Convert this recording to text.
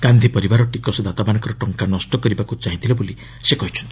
ଗାନ୍ଧି ପରିବାର ଟିକସଦାତାମାନଙ୍କର ଟଙ୍କା ନଷ୍ଟ କରିବାକୁ ଚାହିଁଥିଲେ ବୋଲି ସେ କହିଛନ୍ତି